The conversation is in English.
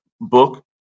book